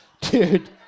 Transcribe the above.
Dude